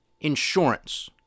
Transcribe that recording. insurance